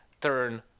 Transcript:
turn